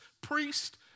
priest